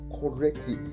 correctly